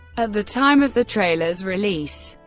at the time of the trailer's release,